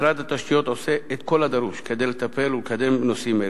משרד התשתיות עושה את כל הדרוש כדי לטפל ולקדם נושאים אלו.